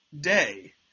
day